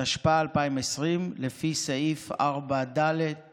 התשפ"א 2020, לפי סעיף 4(ד)(2)(ג)